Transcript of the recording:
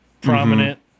prominent